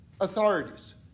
authorities